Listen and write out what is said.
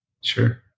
Sure